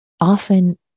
often